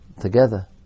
together